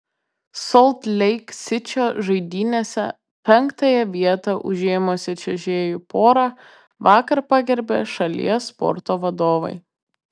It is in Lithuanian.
solt leik sičio žaidynėse penktąją vietą užėmusią čiuožėjų porą vakar pagerbė šalies sporto vadovai